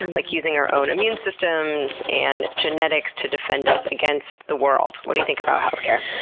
and like using our own immune systems and genetics to defend us against the world? what do you think about healthcare?